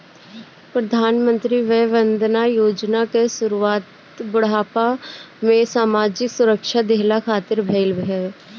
प्रधानमंत्री वय वंदना योजना कअ शुरुआत बुढ़ापा में सामाजिक सुरक्षा देहला खातिर भईल हवे